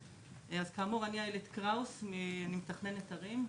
אז כאמור אני איילת קראוס אני מתכננת ערים,